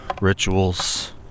rituals